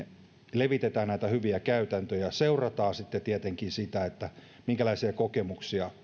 levitetään näitä hyviä käytäntöjä ja seurataan sitten tietenkin sitä minkälaisia kokemuksia